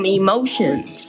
emotions